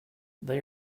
they